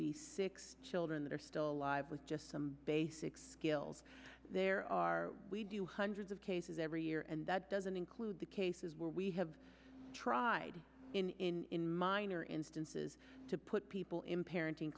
be six children that are still alive with just some basic skills there are we do hundreds of cases every year and that doesn't include the cases where we have tried in minor instances to put people in parenting